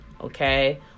okay